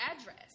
address